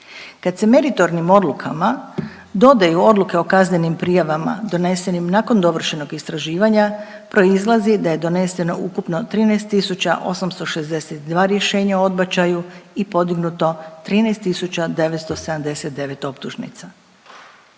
Kad se meritornim odlukama dodaju odluke o kaznenim prijavama donesenim nakon dovršenog istraživanja proizlazi da je doneseno ukupno 13.862 rješenja o odbačaju i podignuto 13.979 optužnica.